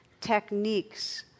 techniques